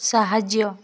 ସାହାଯ୍ୟ